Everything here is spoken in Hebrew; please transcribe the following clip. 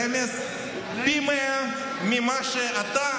רמז: פי 100 ממה שאתה,